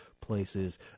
places